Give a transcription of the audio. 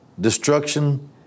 destruction